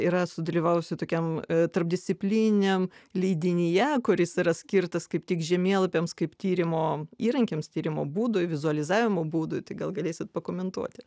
yra sudalyvavusi tokiam tarpdisciplininiam leidinyje kuris yra skirtas kaip tik žemėlapiams kaip tyrimo įrankiams tyrimo būdui vizualizavimo būdui tai gal galėsit pakomentuoti